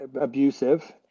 abusive